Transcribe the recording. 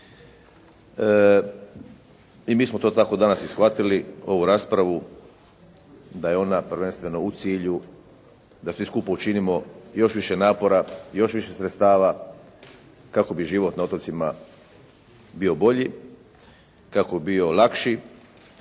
i mi smo to tako danas i shvatili ovu raspravu da je ona prvenstveno u cilju da svi skupa učinimo još više napora, još više sredstava kako bi život na otocima bio bolji, kako bi bio lakši